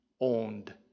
owned